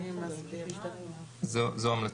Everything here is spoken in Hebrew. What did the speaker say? זו המלצתי.